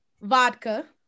vodka